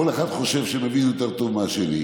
כל אחד חושב שהוא מבין יותר טוב מהשני,